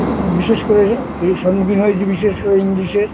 বিশেষ করে সম্মুখীন হয়েছি বিশেষ করে ইংলিশের